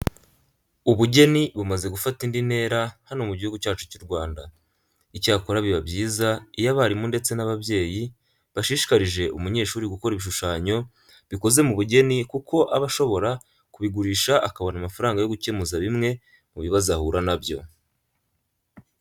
Ubugeni bumaze gufata indi ntera hano mu gihugu cyacu cy'u Rwanda. Icyakora biba byiza iyo abarimu ndetse n'ababyeyi bashishikarije umunyeshuri gukora ibishushanyo bikoze mu bugeni kuko aba ashobora kubigurisha akabona amafaranga yo gukemuza bimwe mu bibazo ahura na byo.